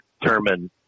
determine